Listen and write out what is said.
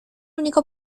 único